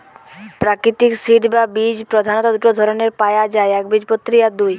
প্রাকৃতিক সিড বা বীজ প্রধাণত দুটো ধরণের পায়া যায় একবীজপত্রী আর দুই